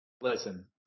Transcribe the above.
Listen